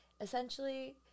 Essentially